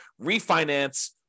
refinance